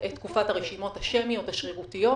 תקופת הרשימות השמיות השרירותיות,